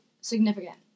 significant